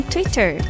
Twitter